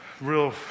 real